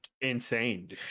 insane